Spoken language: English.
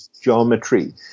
geometry